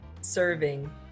serving